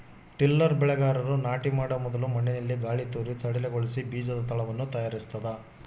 tiller ಬೆಳೆಗಾರರು ನಾಟಿ ಮಾಡೊ ಮೊದಲು ಮಣ್ಣಿನಲ್ಲಿ ಗಾಳಿತೂರಿ ಸಡಿಲಗೊಳಿಸಿ ಬೀಜದ ತಳವನ್ನು ತಯಾರಿಸ್ತದ